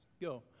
go